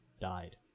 died